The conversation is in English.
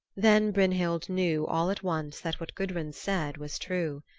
then brynhild knew, all at once, that what gudrun said was true.